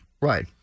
Right